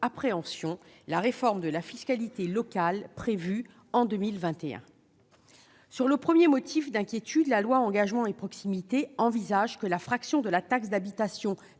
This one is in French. la réforme de la fiscalité locale prévue en 2021. S'agissant du premier motif d'inquiétude, le projet de loi Engagement et proximité prévoit que la fraction de la taxe d'habitation